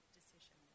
decision